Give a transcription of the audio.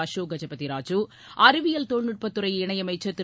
அசோக் கஜபதி ராஜு அறிவியல் தொழில்நுட்பத்துறை இணையமைச்சர் திரு